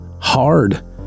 hard